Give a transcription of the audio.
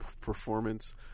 performance